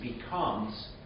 becomes